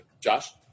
Josh